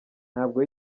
ntabwo